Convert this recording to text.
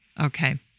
Okay